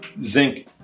Zinc